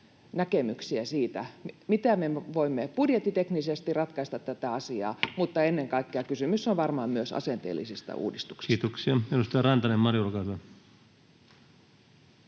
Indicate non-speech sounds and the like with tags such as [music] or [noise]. näkemyksiä siitä, miten me voimme budjettiteknisesti ratkaista tätä asiaa? [noise] Mutta ennen kaikkea kysymys on varmaan myös asenteellisista uudistuksista. [Speech 154] Speaker: Ensimmäinen